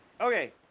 Okay